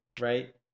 right